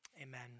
Amen